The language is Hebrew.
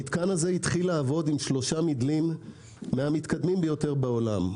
המתקן הזה התחיל לעבוד עם שלושה מדלים מהמתקדמים ביותר בעולם.